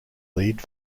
lead